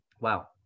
Wow